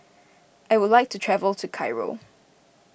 I would like to travel to Cairo